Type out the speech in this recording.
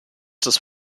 das